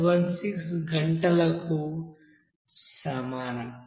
76 గంటలకు సమానం